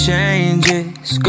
Changes